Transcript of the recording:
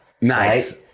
Nice